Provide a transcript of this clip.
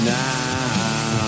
now